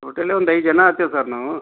totally ಒಂದು ಐದು ಜನ ಆಗ್ತೀವ್ ಸರ್ ನಾವು